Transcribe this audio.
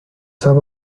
sap